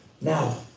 Now